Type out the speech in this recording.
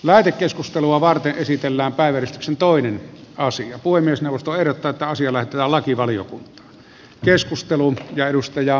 lähetekeskustelua varten esitellään päivystyksen toinen asia kuin myös neuvosto ehdottaa asiana lakivaliokunta keskustelun ja lakivaliokuntaan